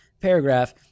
paragraph